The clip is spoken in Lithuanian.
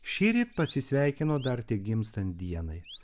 šįryt pasisveikino dar tik gimstant dienai